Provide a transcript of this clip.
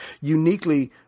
Uniquely